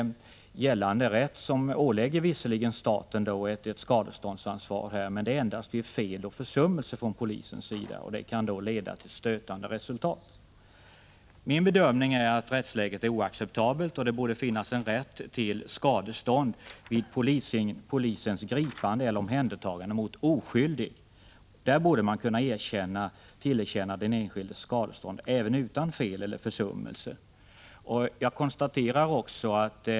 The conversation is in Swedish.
Gällande rätt ålägger visserligen staten ett skadeståndsansvar, men det är endast vid fel eller försummelse från polisens sida. Detta kan leda till stötande resultat. Min bedömning är att rättsläget är oacceptabelt. Det borde finnas en rätt till skadestånd vid polisens gripande eller omhändertagande av en oskyldig. I sådana fall borde den enskilde kunna tillerkännas skadestånd även utan att fel eller försummelse från polisens sida har förelegat.